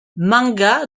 manga